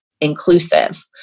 inclusive